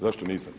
Zašto nisam?